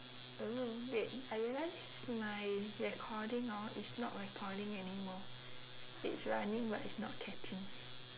oh wait I realise my recording hor is not recording anymore it's running but it's not catching